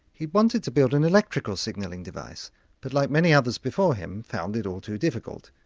he wanted to build an electrical signalling device but like many others before him found it all too difficult.